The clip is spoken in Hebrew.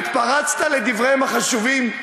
התפרצת לדבריהם החשובים,